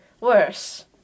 worse